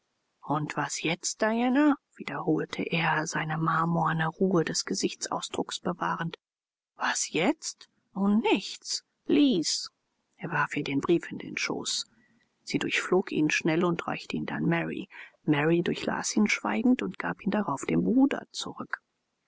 und was jetzt diana wiederholte er seine marmorne ruhe des gesichtsausdrucks bewahrend was jetzt nun nichts lies er warf ihr den brief in den schoß sie durchflog ihn schnell und reichte ihn dann mary mary durchlas ihn schweigend und gab ihn darauf dem bruder zurück